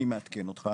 אני מעדכן אותך,